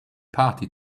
party